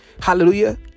Hallelujah